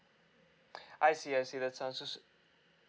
I see I see that sounds also